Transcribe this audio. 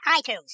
iTunes